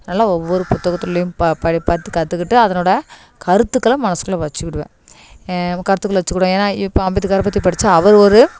அதனால் ஒவ்வொரு புத்தகத்திலையும் பா பழைய பார்த்து கத்துக்கிட்டு அதனோடய கருத்துக்களை மனசுக்குள்ளே வச்சிக்குடுவேன் கருத்துக்களை வச்சிக்கிடுவேன் ஏன்னா இப்போ அம்பேத்காரை பற்றி படிச்சால் அவர் ஒரு